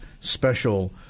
special